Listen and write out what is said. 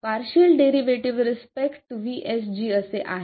partial derivative with respect to VSG असे आहे